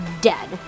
dead